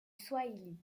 swahili